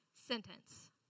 sentence